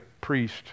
priest